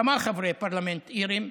כמה חברי פרלמנט אירים,